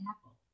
apple